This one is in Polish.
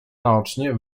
naocznie